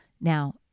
Now